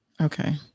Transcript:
Okay